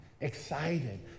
Excited